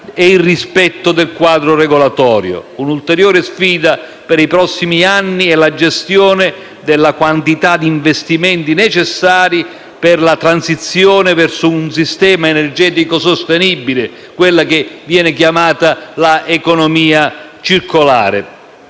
e il rispetto del quadro regolatorio. Un'ulteriore sfida per i prossimi anni è la gestione della quantità di investimenti necessari per la transizione verso un sistema energetico sostenibile (quella che viene chiamata economia circolare).